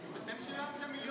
אתם שילמתם מיליונים מהליכוד.